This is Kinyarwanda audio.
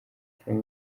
filime